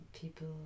people